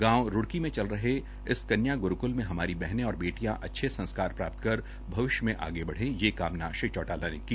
गांव रुडक़ी में चल रहे इस कन्या ग्रुक्ल में हमारी बहने और बेटियां अच्छे संस्कार प्राप्त कर भविष्य में आगे बढ़े ये कामना श्री चौटाला ने की